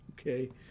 okay